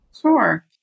Sure